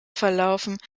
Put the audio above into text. verlaufen